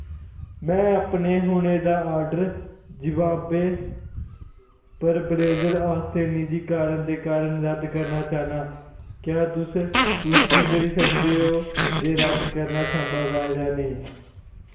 में अपने हुनै दा आर्डर जिवामे पर ब्लेजर आस्तै निजी कारण दे कारण रद्द करना चाह्न्नां क्या तुस पुश्टी करी सकदे ओ जे रद्द करना संभव ऐ जां नेईं